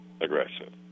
aggressive